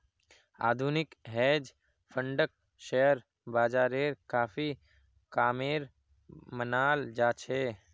आधुनिक हेज फंडक शेयर बाजारेर काफी कामेर मनाल जा छे